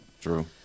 True